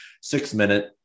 six-minute